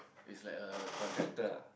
is like a contractor lah